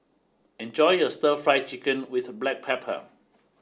enjoy your Stir Fry Chicken With Black Pepper